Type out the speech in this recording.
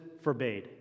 forbade